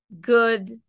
good